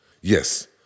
Yes